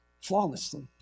flawlessly